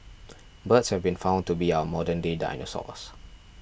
birds have been found to be our modern day dinosaurs